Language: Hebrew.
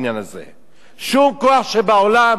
שום כוח שבעולם לא יכול לשנות.